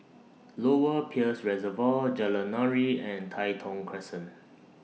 Lower Peirce Reservoir Jalan Nuri and Tai Thong Crescent